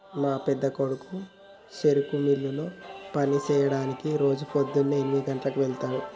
మా పెద్దకొడుకు చెరుకు మిల్లులో పని సెయ్యడానికి రోజు పోద్దున్నే ఎనిమిది గంటలకు వెళ్తుండు